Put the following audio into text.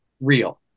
Real